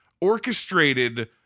orchestrated